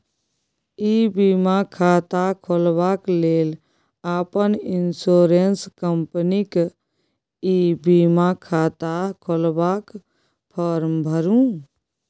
इ बीमा खाता खोलबाक लेल अपन इन्स्योरेन्स कंपनीक ई बीमा खाता खोलबाक फार्म भरु